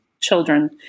children